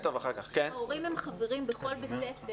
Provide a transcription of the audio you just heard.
ההורים הם חברים בכל בית ספר.